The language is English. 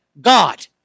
God